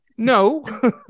No